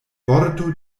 vorto